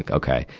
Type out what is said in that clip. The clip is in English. like okay.